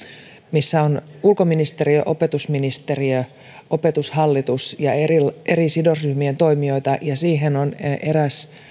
missä on ulkoministeriö opetusministeriö opetushallitus ja eri eri sidosryhmien toimijoita ja siihen on eräs